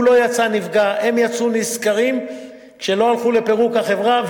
הוא לא יצא נפגע והם יצאו נשכרים כשלא הלכו לפירוק החברה.